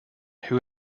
who